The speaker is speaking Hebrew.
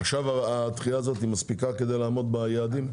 עכשיו הדחייה מספיקה כדי לעמוד ביעדים?